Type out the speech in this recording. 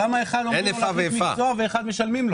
למה אחד צריך להחליף מקצוע ולאחר משלמים?